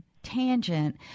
Tangent